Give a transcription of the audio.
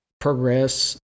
progress